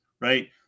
right